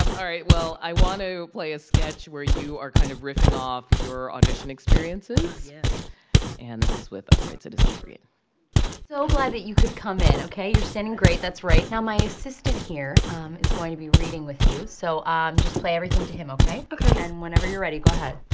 um all right. well, i want to play a sketch where you are kind of riffing off your audition experiences ah, yes and this is with upright citizens brigade so glad that you could come in. ok? you're standing great. that's right. now, my assistant here um is going to be reading with you. so um just play everything to him. ok? ok and whenever you're ready, go ahead